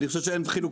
אני לא השופט.